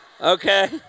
Okay